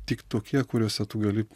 tik tokie kuriuose tu gali